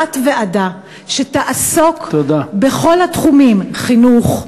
תיקבע תת-ועדה שתעסוק בכל התחומים: חינוך,